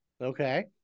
Okay